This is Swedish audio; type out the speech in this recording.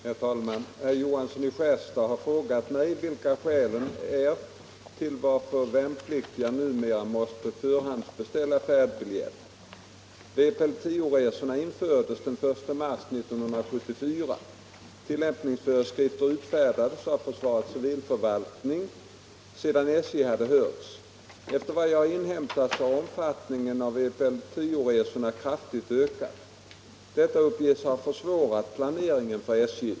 Herr talman! Herr Johansson i Skärstad har frågat mig vilka skälen är till att värnpliktiga numera måste förhandsbeställa färdbiljett. Vpl 10-resorna infördes den 1 mars 1974. Tillämpningsföreskrifter utfärdades av försvarets civilförvaltning sedan SJ hade hörts. Efter vad jag inhämtat har omfattningen av vpl 10-resorna kraftigt ökat. Detta uppges ha försvårat planeringen för SJ.